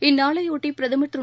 இந்நாளைஒட்டிபிரதமா் திரு